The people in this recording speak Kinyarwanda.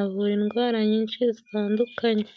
avura indwara nyinshi zitandukanye.